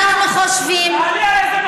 קריאה שלישית,